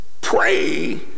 pray